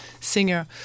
singer